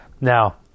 Now